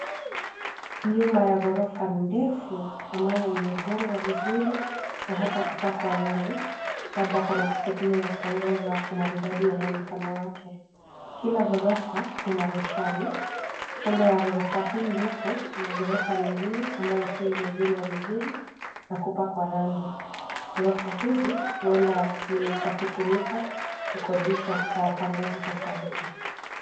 Nyumba ya ghorofa ndefu ambayo imejengwa vizuri na hata kupakwa rangi labda kwa makusudio ya kuongeza umaridadi wa mwonekano wake. Kila ghorofa ina roshani. Kando ya ghorofa hii ndefu kuna ghorofa nyingine ambayo pia imejengwa vizuri na kupakwa rangi, ghorofa hizi huenda ni za kutumika kukondisha kwa wapangaji tofauti.